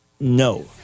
no